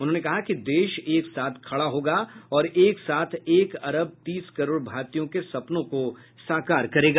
उन्होंने कहा कि देश एक साथ खड़ा होगा और एक साथ एक अरब तीस करोड़ भारतीयों के सपनों को साकार करेगा